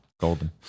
golden